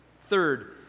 Third